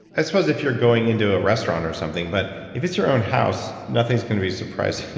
i suppose if you're going into a restaurant or something, but if it's your own house, nothing's going to be surprising.